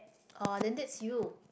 oh then that's you